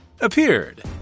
appeared